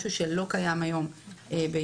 משהו שלא קיים היום בישראל.